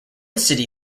city